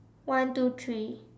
one two three